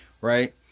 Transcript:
Right